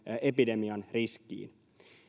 epidemian riskiin